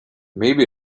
maybe